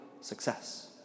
success